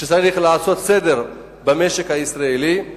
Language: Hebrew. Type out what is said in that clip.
שצריך לעשות סדר במשק הישראלי.